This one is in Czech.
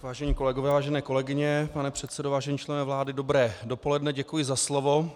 Vážení kolegové, vážené kolegyně, pane předsedo, vážení členové vlády, dobré dopoledne, děkuji za slovo.